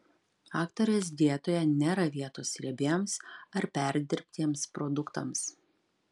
aktorės dietoje nėra vietos riebiems ar perdirbtiems produktams